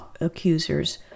accusers